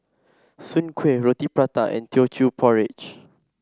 Soon Kueh Roti Prata and Teochew Porridge